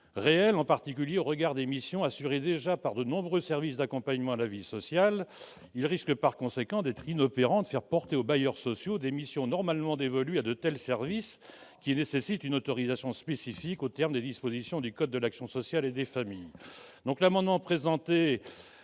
réelle, en particulier au regard des missions assurées déjà par de nombreux services d'accompagnement à la vie sociale. Il risque par conséquent d'être inopérant, de faire porter aux bailleurs sociaux des missions normalement dévolues à de tels services, qui nécessitent une autorisation spécifique aux termes des dispositions du code de l'action sociale et des familles. Cet amendement vise